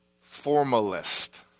formalist